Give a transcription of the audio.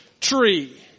tree